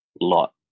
lot